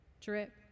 drip